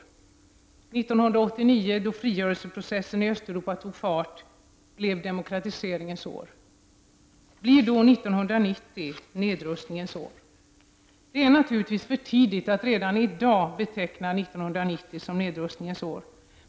1989 — då frigörelseprocessen i Östeuropa tog fart — blev demokratiseringens år. Blir då 1990 nedrustningens år? Det är naturligtvis för tidigt att redan i dag beteckna 1990 som nedrustningens år.